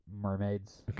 mermaids